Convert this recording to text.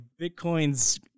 Bitcoin's